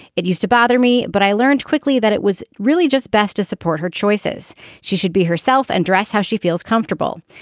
it used to bother me but i learned quickly that it was really just best to support her choices she should be herself and dress how she feels comfortable.